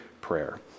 prayer